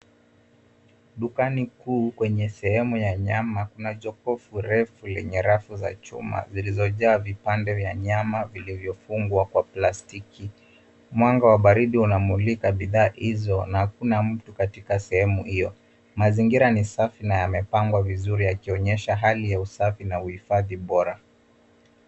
Dukani kuu kwenye sehemu ya nyama, kuna jokofu refu lenye rafu za chuma zilizojaa vipande vya nyama vilivyofungwa kwa plastiki. Mwanga wa baridi unamulika bidhaa hizo, na hakuna mtu katika sehemu hiyo. Mazingira ni safi na yamepangwa vizuri yakionyesha hali ya usafi, na uhifadhi bora.